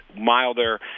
milder